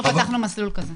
אנחנו פתחנו מסלול כזה.